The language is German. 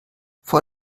vor